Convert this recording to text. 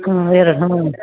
ಹ್ಞೂ ಎರಡು ಹ್ಞೂ